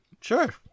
Sure